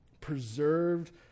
preserved